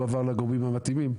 הועבר לגורמים המתאימים"?